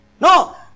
No